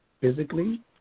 physically